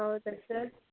ಹೌದ ಸರ್